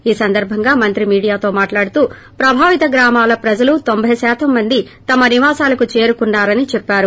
ఈ సందర్బంగా మంత్రి మీడియాతో మాట్లాడుతూ ప్రభావిత గ్రామాల ప్రజలు తోంబై శాతం మంది తమ నివాసాలకు చేరుకున్నారని చెప్పారు